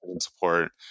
support